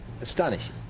astonishing